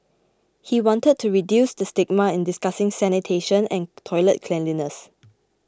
he wanted to reduce the stigma in discussing sanitation and toilet cleanliness